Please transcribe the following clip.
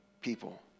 people